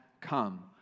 come